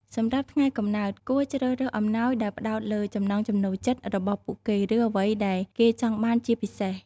សម្រាប់ថ្ងៃកំណើត គួរជ្រើសរើសអំណោយដែលផ្តោតលើ ចំណង់ចំណូលចិត្ត របស់ពួកគេ ឬ អ្វីដែលគេចង់បាន ជាពិសេស។